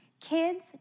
Kids